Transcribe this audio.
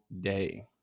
day